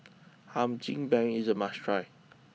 Hum Chim Peng is a must try